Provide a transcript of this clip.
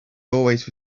always